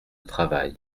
travail